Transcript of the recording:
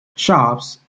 shops